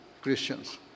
Christians